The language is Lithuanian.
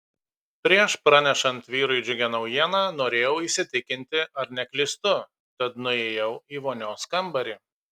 prieš pranešant vyrui džiugią naujieną norėjau įsitikinti ar neklystu tad nuėjau į vonios kambarį